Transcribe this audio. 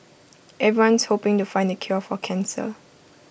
everyone's hoping to find the cure for cancer